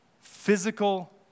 physical